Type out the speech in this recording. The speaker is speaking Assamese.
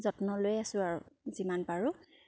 যত্ন লৈ আছোঁ আৰু যিমান পাৰোঁ